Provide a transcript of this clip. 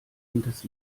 hinters